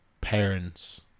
parents